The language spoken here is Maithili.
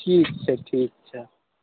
ठीक छै ठीक छै